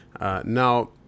Now